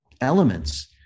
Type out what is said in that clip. elements